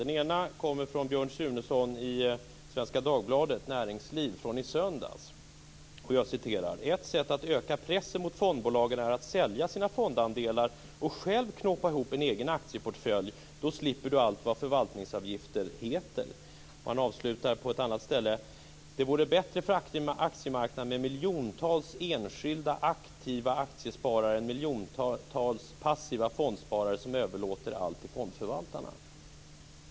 Den ena kommer från Björn Sunesson i Svenska Dagbladet Näringsliv från i söndags: "Ett annat sätt att öka pressen mot fondbolagen är att sälja sina fondandelar och själv knåpa ihop en egen aktieportfölj. Då slipper du allt vad förvaltningsavgifter heter". Han avslutar på ett annat ställe: "det vore bättre för aktiemarknaden med miljontals enskilda, aktiva aktiesparare än miljontals passiva fondsparare som överlåter allt till fondförvaltarna".